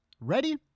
Ready